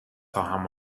خواهم